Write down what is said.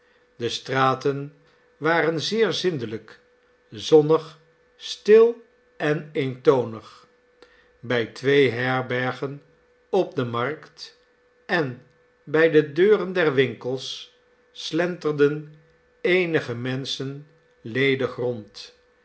de straten waren zeer zindelijk zonnig stil en eentonig bij twee herbergen op de markt en bij de deuren der winkels slenterden eenige menschen ledig rond